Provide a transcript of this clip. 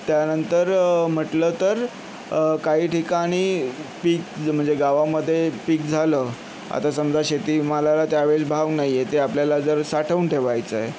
त्यानंतर म्हटलं तर काही ठिकाणी पीक ज म्हणजे गावामध्ये पीक झालं आता समजा शेतीमालाला त्यावेळेस भाव नाही आहे ते आपल्याला जर साठवून ठेवायचं आहे